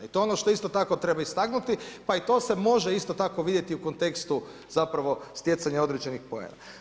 I to je ono što isto tako treba istaknuti, pa to se i može isto tako vidjeti u kontekstu zapravo stjecanje određenih poena.